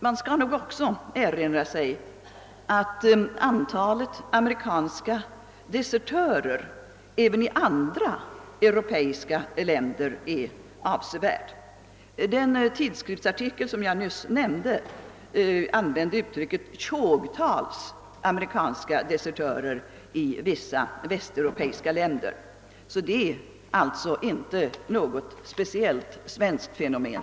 Man skall också komma ihåg att antalet amerikanska desertörer även i andra europeiska länder är avsevärt. Den tidskriftsartikel som jag nyss nämnde använde uttrycket »tjogtals» i fråga om amerikanska desertörer i vissa västeuropeiska länder, så det är alltså inte fråga om något speciellt svenskt fenomen.